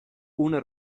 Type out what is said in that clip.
una